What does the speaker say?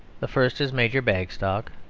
the first is major bagstock,